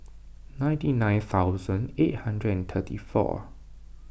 ninety nine thousand eight hundred and thirty four